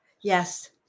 Yes